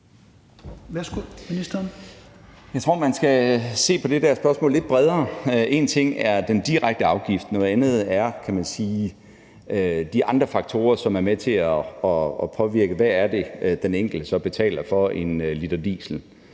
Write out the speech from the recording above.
Jeg tror, man skal se på det der spørgsmål lidt bredere. En ting er den direkte afgift, noget andet er, kan man sige, de andre faktorer, som er med til at påvirke, hvad det er, den enkelte så betaler for en liter diesel.